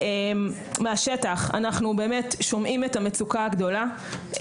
מהשטח, אנחנו שומעים את המצוקה הגדולה.